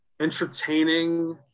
entertaining